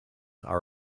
are